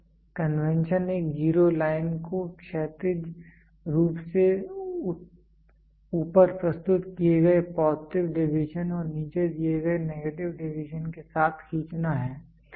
convention एक zero line को क्षैतिज रूप से ऊपर प्रस्तुत किए गए पॉजिटिव डेविएशन और नीचे दिए गए नेगेटिव डेविएशन के साथ खींचना है